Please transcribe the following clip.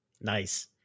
Nice